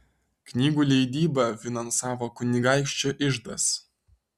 knygų leidybą finansavo kunigaikščio iždas